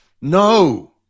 no